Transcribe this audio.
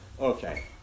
Okay